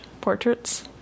portraits